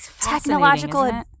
technological